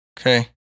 Okay